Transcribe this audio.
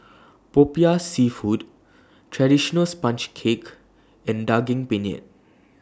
Popiah Seafood Traditional Sponge Cake and Daging Penyet